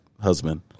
husband